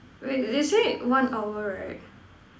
wait they said one hour right